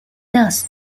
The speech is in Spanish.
dos